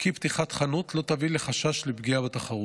כי פתיחת חנות לא תביא לחשש לפגיעה בתחרות.